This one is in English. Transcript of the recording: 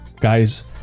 guys